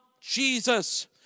Jesus